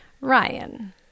Ryan